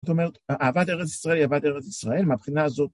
זאת אומרת, אהבת ארץ ישראל היא אהבת ארץ ישראל מהבחינה הזו